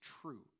true